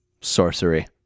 sorcery